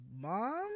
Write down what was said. Mom